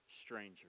stranger